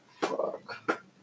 Fuck